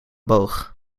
boog